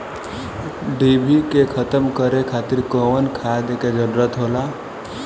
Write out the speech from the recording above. डिभी के खत्म करे खातीर कउन खाद के जरूरत होला?